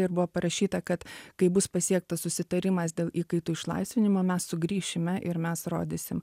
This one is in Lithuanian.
ir buvo parašyta kad kai bus pasiektas susitarimas dėl įkaitų išlaisvinimo mes sugrįšime ir mes rodysim